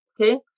okay